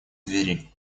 двери